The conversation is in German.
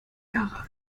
jahre